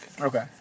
Okay